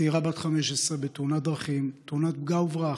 צעירה בת 15, בתאונת דרכים, תאונת פגע וברח,